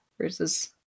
versus